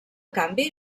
canvi